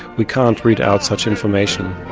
we can't read out such information.